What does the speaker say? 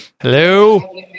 hello